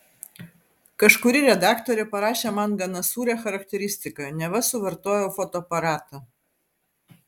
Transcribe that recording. kažkuri redaktorė parašė man gana sūrią charakteristiką neva suvartojau fotoaparatą